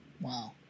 Wow